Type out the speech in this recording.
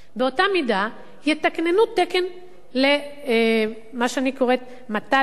באותה מידה יתקננו תקן למה שאני קוראת מת"לית,